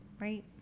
right